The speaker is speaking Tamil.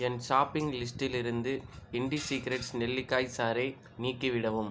என் ஷாப்பிங் லிஸ்டிலிருந்து இண்டி ஸீக்ரெட்ஸ் நெல்லிக்காய் சாறை நீக்கிவிடவும்